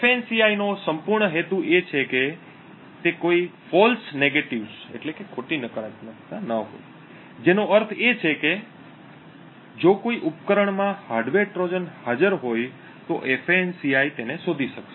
ફાન્સી નો સંપૂર્ણ હેતુ એ છે કે કોઈ ફૉલ્સ નેગેટીવ્સ ન હોય જેનો અર્થ એ છે કે જો કોઈ ઉપકરણમાં હાર્ડવેર ટ્રોજન હાજર હોય તો ફાન્સી તેને શોધી શકશે